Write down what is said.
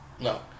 No